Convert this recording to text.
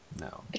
no